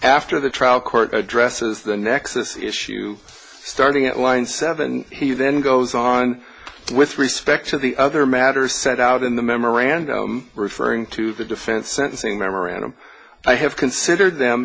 after the trial court addresses the nexus issue starting at line seven and he then goes on with respect to the other matter set out in the memorandum referring to the defense sentencing memorandum i have considered them